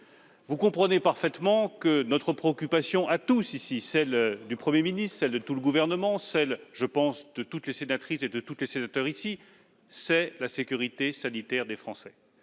Vous comprenez parfaitement que notre préoccupation à tous, ici, celle du Premier ministre, celle du Gouvernement et, je pense, celle de toutes les sénatrices et de tous les sénateurs, c'est de garantir la sécurité sanitaire des Français